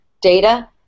data